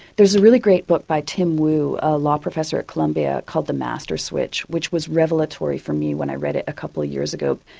there's really great book by tim wu, a law professor at columbia, called the master switch, which was revelatory for me when i read it a couple of years ago.